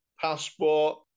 passport